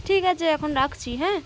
ঠিক আছে এখন রাখছি হ্যাঁ